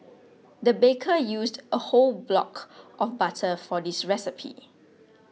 the baker used a whole block of butter for this recipe